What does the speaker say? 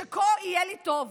שכה יהיה לי טוב,